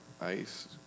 ice